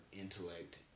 intellect